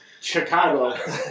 Chicago